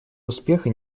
успеха